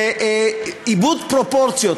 זה איבוד פרופורציות.